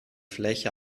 fläche